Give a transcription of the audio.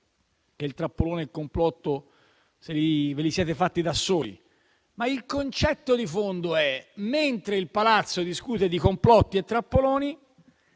che il trappolone e il complotto ve li siete fatti da soli - ma il concetto di fondo è che, mentre il Palazzo discute di complotti e trappoloni,